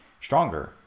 stronger